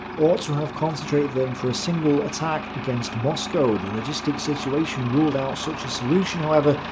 ought to have concentrated them for a single attack against moscow. the logistic situation ruled out such a solution, however.